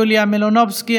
יוליה מלינובסקי,